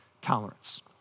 tolerance